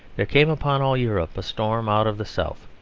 there came upon all europe a storm out of the south.